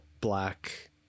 black